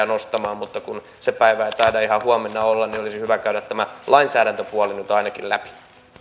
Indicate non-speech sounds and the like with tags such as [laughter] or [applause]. [unintelligible] nostamaan mutta kun se päivä ei taida ihan huomenna olla niin olisi hyvä käydä tämä lainsäädäntöpuoli nyt ainakin läpi